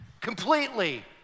completely